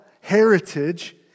heritage